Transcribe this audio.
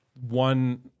one